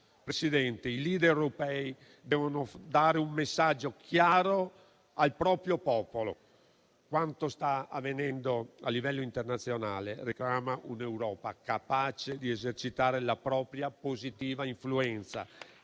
Presidente, i *leader* europei devono dare un messaggio chiaro ai propri popoli: quanto sta avvenendo a livello internazionale reclama un'Europa capace di esercitare la propria positiva influenza